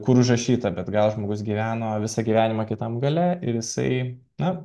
kur užrašyta bet gal žmogus gyveno visą gyvenimą kitam gale ir jisai na